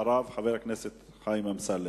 אחריו, חבר הכנסת חיים אמסלם.